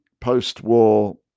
post-war